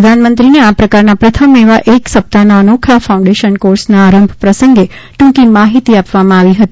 પ્રધાનમંત્રીને આ પ્રકારના પ્રથમ એવા એક સપ્તાહના અનોખા ફાઉન્ડેશન કોર્સના આરંભ પ્રસંગે ટ્રંકી માહિતી આપવામાં આવી હતી